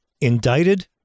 Indicted